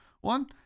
one